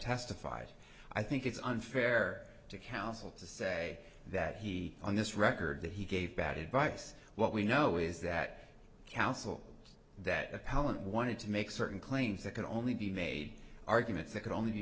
testified i think it's unfair to counsel to say that he on this record that he gave bad advice what we know is that counsel that appellant wanted to make certain claims that can only be made arguments that could only